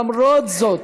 למרות זאת,